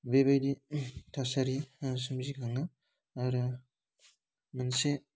बेबायदि थासारि सोमजिखाङो आरो मोनसे